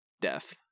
death